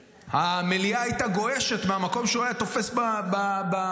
שהמליאה הייתה גועשת מהמקום שהוא היה תופס בממשלה.